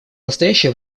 настоящее